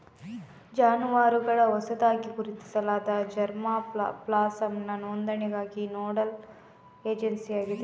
ಜಾನುವಾರುಗಳ ಹೊಸದಾಗಿ ಗುರುತಿಸಲಾದ ಜರ್ಮಾ ಪ್ಲಾಸಂನ ನೋಂದಣಿಗಾಗಿ ನೋಡಲ್ ಏಜೆನ್ಸಿಯಾಗಿದೆ